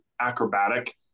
acrobatic